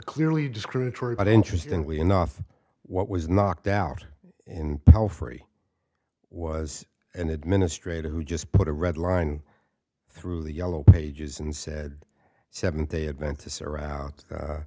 clearly discriminatory but interestingly enough what was knocked out in our free was an administrator who just put a red line through the yellow pages and said seventh day adventists around